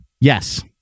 Yes